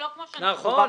כלומר,